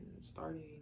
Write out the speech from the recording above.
starting